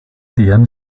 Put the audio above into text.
deren